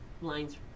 lines